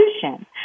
solution